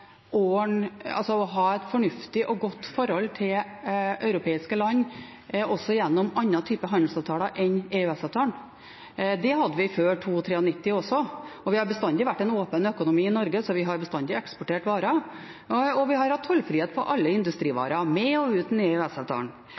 ha et fornuftig og godt forhold til europeiske land også gjennom andre typer handelsavtaler enn EØS-avtalen. Det hadde vi før 1992–1993 også, og vi har bestandig hatt en åpen økonomi i Norge, vi har bestandig eksportert varer, og vi har hatt tollfrihet på alle industrivarer – med og uten